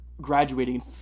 graduating